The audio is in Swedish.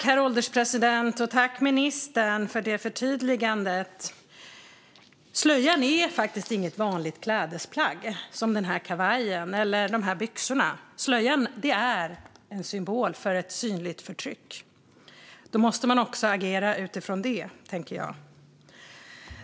Herr ålderspresident! Tack för förtydligandet, ministern! Slöjan är faktiskt inget vanligt klädesplagg som den kavaj eller de byxor jag bär, utan slöjan är en symbol för ett synligt förtryck. Då måste man också agera utifrån det, tänker jag.